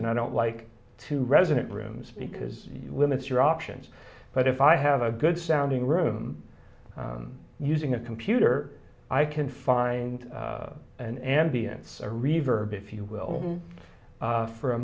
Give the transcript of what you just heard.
and i don't like to resident rooms because it limits your options but if i have a good sounding room using a computer i can find an ambience or reverb if you will for a